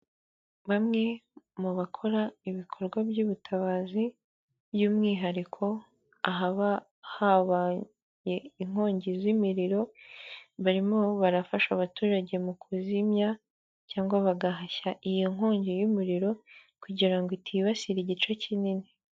Bamwe mu bakora ibikorwa by'ubutabazi by'umwihariko ahaba habaye inkongi z'imiriro barimo barafasha abaturage mu kuzimya cyangwa bagahashya iyi nkongi y'umuriro kugira ngo itibasira igice kinini.